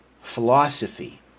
philosophy